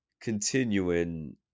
continuing